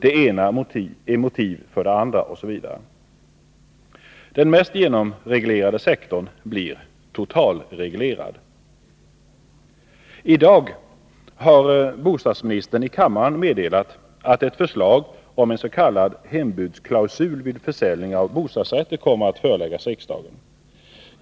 Det ena är motiv för det andra osv. Den mest genomreglerade sektorn blir totalreglerad. I dag har bostadsministern i kammaren meddelat att ett förslag om en s.k. hembudsklausul vid försäljning av bostadsrätter kommer att föreläggas riksdagen.